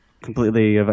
completely